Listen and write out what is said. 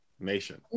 nation